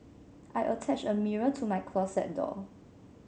I attached a mirror to my closet door